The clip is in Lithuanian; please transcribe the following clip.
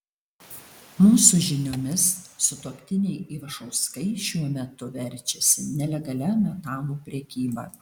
mūsų žiniomis sutuoktiniai ivašauskai šiuo metu verčiasi nelegalia metalų prekyba